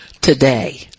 today